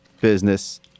business